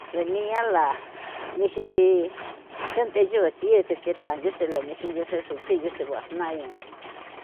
Senia la nixi nchi chund'e chu nchise ntheta chuse la nexi nchexraxrui nchi chuse guajnaia